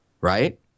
right